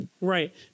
Right